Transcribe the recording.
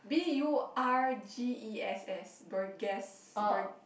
b_u_r_g_e_s_s Burgess bur